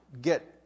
get